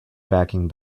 backing